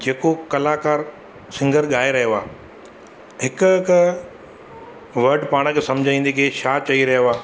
जेको कलाकारु सिंगर गाए रहियो आहे हिकु हिकु वड पाण खे सम्झि ईंदी के छा चई रहियो आहे